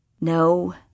No